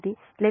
8 121 KV